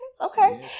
okay